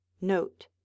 note